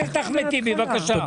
חבר הכנסת אחמד טיבי, בבקשה.